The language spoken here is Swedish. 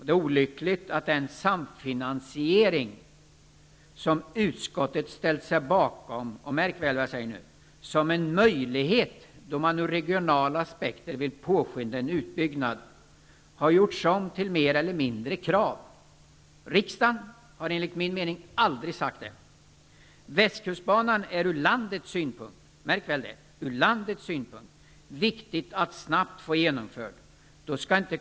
Det är olyckligt att den samfinansiering som utskottet ställt sig bakom -- såsom varande en möjlighet, då man från regionala aspekter vill påskynda en utbyggnad -- mer eller mindre har kommit att bli ett krav. Men riksdagen har, menar jag, aldrig sagt det. Det är från nationell synpunkt viktigt att snabbt få Västkustbanan genomförd.